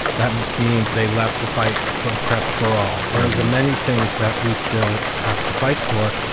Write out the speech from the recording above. that means they left to fight for prep for all. there is a many things that we still have to fight for.